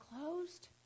closed